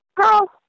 Girl